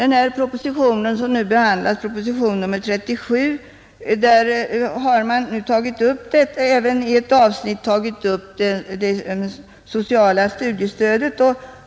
I den proposition som nu behandlas, propositionen nr 37, har man i ett avsnitt tagit upp det sociala studiestödet.